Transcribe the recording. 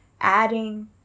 adding